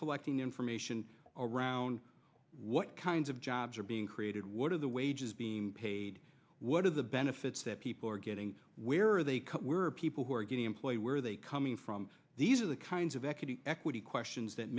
collecting information around what kinds of jobs are being created what are the wages being paid what are the benefits that people are getting where they were people who are getting employer were they coming from these are the kinds of equity equity questions that